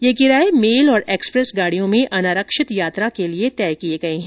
ये किराए मेल और एक्सप्रेस गाड़ियों में अनारक्षित यात्रा के लिए तय किए गए हैं